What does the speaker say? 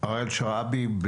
הראל שרעבי,